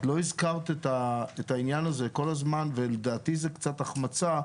את לא הזכרת את העניין הזה ולדעתי זה קצת החמצה,